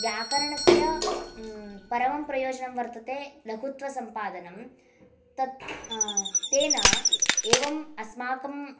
व्याकरणस्य परमं प्रयोजनं वर्तते लघुत्वसम्पादनम् तत् तेन एवम् अस्माकं